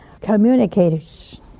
communicators